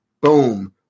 boom